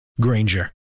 Granger